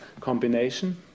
combination